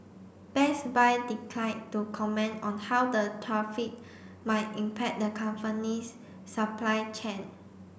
Best Buy declined to comment on how the might impact the company's supply chain